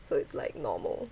so it's like normal